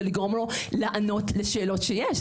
זה לגרום לו לענות לשאלות שיש.